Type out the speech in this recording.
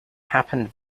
happened